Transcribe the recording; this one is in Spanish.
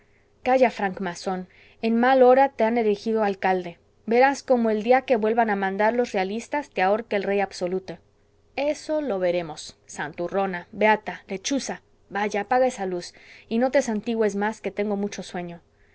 calla francmasón en mal hora te han elegido alcalde verás cómo el día que vuelvan a mandar los realistas te ahorca el rey absoluto eso lo veremos santurrona beata lechuza vaya apaga esa luz y no te santigües más que tengo mucho sueño